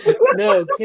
No